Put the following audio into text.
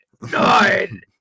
nine